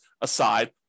aside